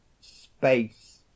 space